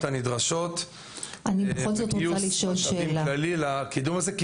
הנדרשות וגיוס משאבים כללי לקידום של זה.